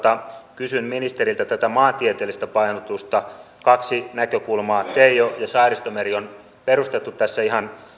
kysyn ministeriltä tätä maantieteellistä painotusta kaksi näkökulmaa teijo ja saaristomeri on perustettu tässä ihan